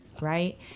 right